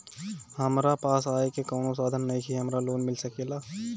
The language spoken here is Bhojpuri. हमरा पास आय के कवनो साधन नईखे हमरा लोन मिल सकेला?